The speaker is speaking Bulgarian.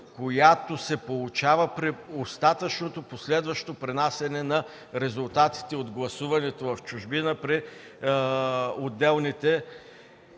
която се получава при остатъчното последващо пренасяне на резултатите от гласуването в чужбина при отделните